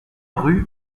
rue